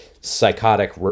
psychotic